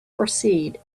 proceed